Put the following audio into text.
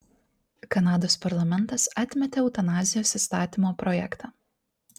kanados parlamentas atmetė eutanazijos įstatymo projektą